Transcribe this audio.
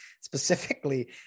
specifically